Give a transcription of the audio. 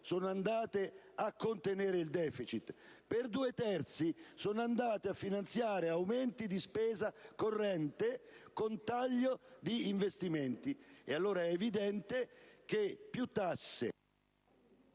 sono andate a contenere il deficit; per due terzi sono andate a finanziare aumenti di spesa corrente con taglio di investimenti. Allora è evidente che più tasse...